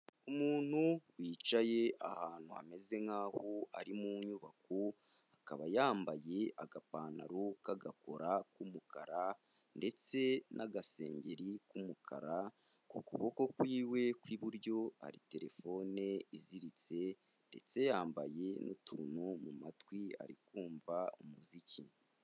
Umuntu wicaye ahantu hameze nk'aho ari mu nyubako, akaba yambaye agapantaro k'agakora k'umukara ndetse n'agasengeri k'umukara. Ku kuboko kwiwe kw'iburyo ari telefone iziritse ndetse yambaye n'utuntu mu matwi ari kumva umuziki.